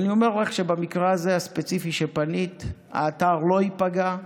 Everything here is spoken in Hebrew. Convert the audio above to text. אני אומר לך שבמקרה הספציפי שפנית לגביו האתר לא ייפגע.